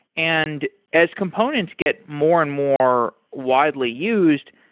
and as components get more and more widely used,